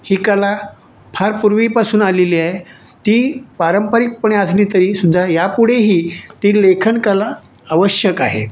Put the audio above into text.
ही कला फार पूर्वीपासून आलेली आहे ती पारंपरिकपणे असली तरीसुद्धा यापुढेही ती लेखन कला आवश्यक आहे